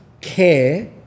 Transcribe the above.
care